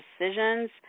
decisions